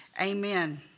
Amen